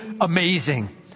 amazing